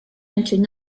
entering